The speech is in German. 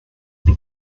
man